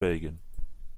belgien